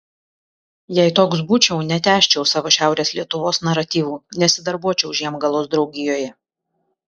jei toks būčiau netęsčiau savo šiaurės lietuvos naratyvų nesidarbuočiau žiemgalos draugijoje